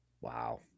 wow